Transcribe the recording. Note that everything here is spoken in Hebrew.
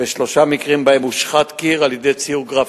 ושלושה מקרים שבהם הושחת קיר בציור גרפיטי.